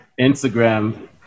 Instagram